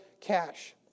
cash